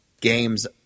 games